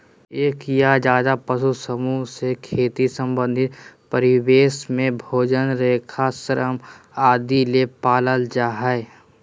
एक या ज्यादे पशु समूह से खेती संबंधित परिवेश में भोजन, रेशा, श्रम आदि ले पालल जा हई